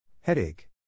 headache